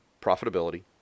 profitability